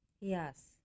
Yes